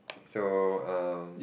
so um